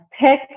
pick